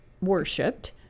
worshipped